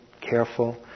careful